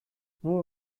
nur